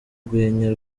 rwenya